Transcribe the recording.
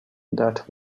that